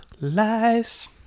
lies